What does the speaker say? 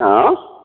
हा